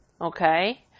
okay